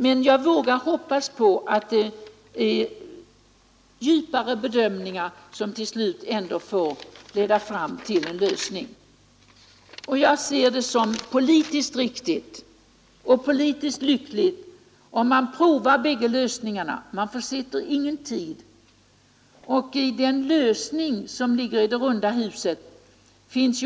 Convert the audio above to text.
Men jag vågar hoppas på att det blir djupare bedömningar, som till slut får leda fram till en lösning. Jag ser det som politiskt riktigt och lyckligt, om man provar bägge lösningarna. Man försitter ingen tid. I den lösning som ligger i det runda huset finns